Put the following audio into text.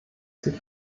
sich